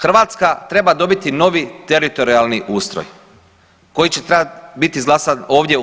Hrvatska treba dobiti novi teritorijalni ustroj koji će trebat biti izglasan ovdje u HS.